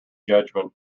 judgment